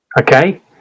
okay